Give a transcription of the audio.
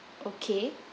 okay